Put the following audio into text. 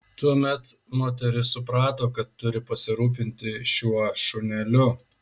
tuomet moteris suprato kad turi pasirūpinti šiuo šuneliu